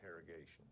interrogation